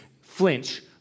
flinch